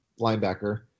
linebacker